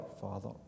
Father